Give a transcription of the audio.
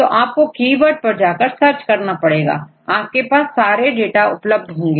तो आपको कीवर्ड पर जाकर सर्च करना होगा आपको सारे डेटा उपलब्ध होंगे